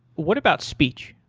what about speech?